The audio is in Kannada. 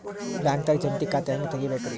ಬ್ಯಾಂಕ್ದಾಗ ಜಂಟಿ ಖಾತೆ ಹೆಂಗ್ ತಗಿಬೇಕ್ರಿ?